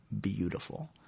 beautiful